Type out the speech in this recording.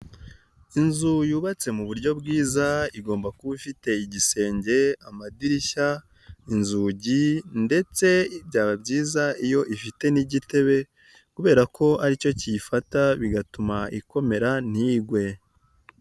Inzu yubatse mu buryo bwiza, igomba kuba ifite igisenge, amadirishya, inzugi ndetse byaba byiza iyo ifite n'igitebe kubera ko aricyo kiyifata, bigatuma ikomera, ntigwe.